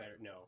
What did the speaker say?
No